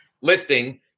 listing